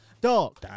Dog